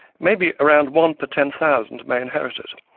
maybe around one per ten thousand may inherit it,